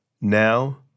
Now